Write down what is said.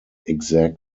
exact